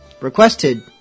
requested